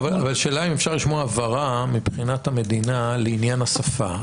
השאלה אם אפשר לשמוע הבהרה מבחינת המדינה לעניין השפה.